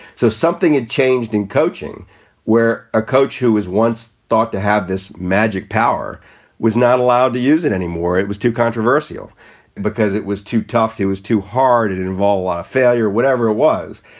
so something had changed in coaching where a coach who was once thought to have this magic power was not allowed to use it anymore. it was too controversial because it was too tough. he was too hard. it involved a failure, whatever it was.